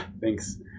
Thanks